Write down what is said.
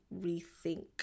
rethink